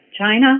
China